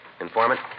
Informant